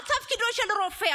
מה תפקידו של רופא?